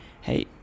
Hey